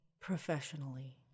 professionally